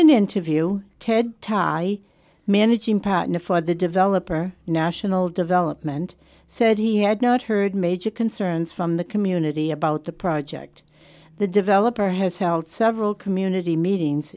an interview ted t'ai managing partner for the developer national development said he had not heard major concerns from the community about the project the developer has held several community meetings